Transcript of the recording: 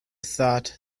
thought